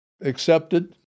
accepted